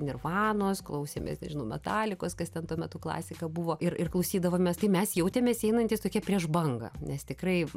nirvanos klausėmės nežinau metalikos kas ten tuo metu klasika buvo ir ir klausydavomės tai mes jautėmės einantys tokie prieš bangą nes tikrai